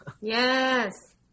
Yes